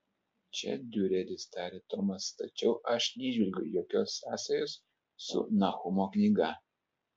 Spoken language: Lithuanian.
čia diureris tarė tomas tačiau aš neįžvelgiu jokios sąsajos su nahumo knyga